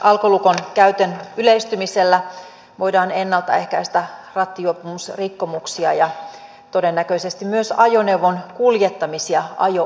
alkolukon käytön yleistymisellä voidaan ennaltaehkäistä rattijuopumusrikkomuksia ja todennäköisesti myös ajoneuvon kuljettamisia ajo oikeudetta